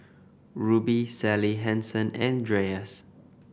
Rubi Sally Hansen and Dreyers